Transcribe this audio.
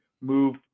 move